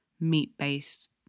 meat-based